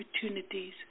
opportunities